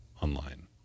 online